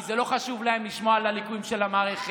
כי זה לא חשוב להם לשמוע על הליקויים של המערכת,